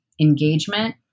engagement